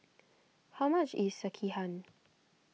how much is Sekihan